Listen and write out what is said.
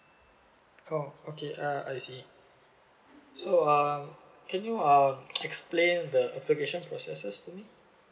oh okay uh I see so um can you um explain the application processes to me